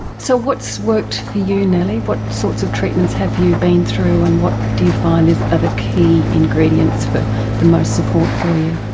so what's worked for you nellie, what sorts of treatments have you been through and what do you find are ah the key ingredients for the most support for you?